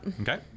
Okay